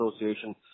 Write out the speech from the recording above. association